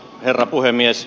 herra puhemies